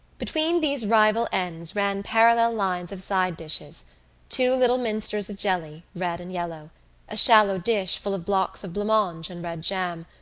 between these rival ends ran parallel lines of side-dishes two little minsters of jelly, red and yellow a shallow dish full of blocks of blancmange and red jam,